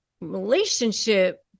relationship